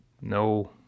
No